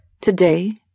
Today